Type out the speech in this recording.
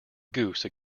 goose